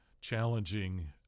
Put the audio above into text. challenging